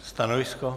Stanovisko?